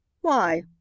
Why